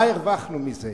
מה הרווחנו מזה?